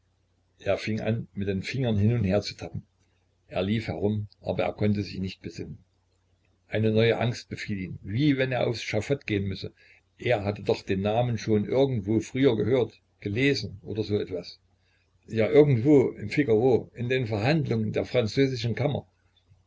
er fing an mit den fingern hin und her zu tappen er lief herum aber er konnte sich nicht besinnen eine neue angst befiel ihn wie wenn er aufs schafott gehen müsse er hatte doch den namen schon irgendwo früher gehört gelesen oder so etwas ja irgendwo im figaro in den verhandlungen der französischen kammer